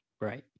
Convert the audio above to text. Right